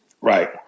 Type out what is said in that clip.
Right